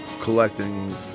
collecting